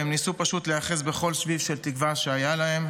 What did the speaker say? והם ניסו להיאחז בכל שביב של תקווה שהיה להם.